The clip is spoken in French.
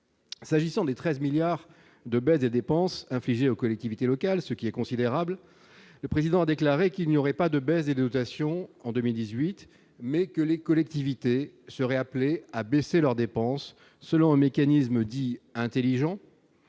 S'agissant des 13 milliards de baisses des dépenses infligées aux collectivités locales, ce qui est considérable, le président a déclaré qu'il n'y aurait pas de baisse des dotations en 2018, mais que les collectivités seraient appelés à baisser leurs dépenses selon le mécanisme dit intelligent